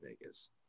vegas